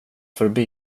förbi